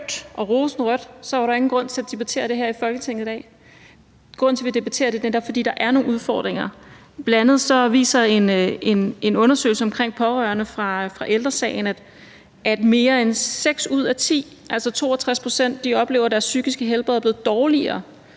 skønt og rosenrødt, var der jo ingen grund til at debattere det her i Folketinget i dag. Men grunden til, at vi debatterer det, er netop, at der er nogle udfordringer. Bl.a. viser en undersøgelse omkring pårørende fra Ældre Sagen, at mere end seks ud af ti, altså 62 pct., oplever, at deres psykiske helbred er blevet dårligere